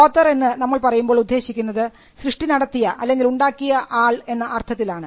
author എന്ന് നമ്മൾ പറയുമ്പോൾ ഉദ്ദേശിക്കുന്നത് സൃഷ്ടി നടത്തിയ അല്ലെങ്കിൽ ഉണ്ടാക്കിയ ആൾ എന്ന അർത്ഥത്തിലാണ്